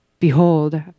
Behold